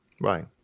Right